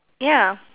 ya